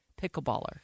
pickleballer